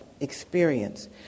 experience